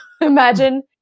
imagine